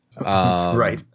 Right